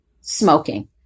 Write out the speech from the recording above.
smoking